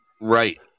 Right